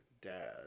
dad